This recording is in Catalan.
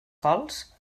cols